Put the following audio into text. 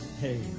Hey